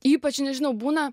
ypač nežinau būna